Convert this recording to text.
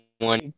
one